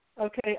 Okay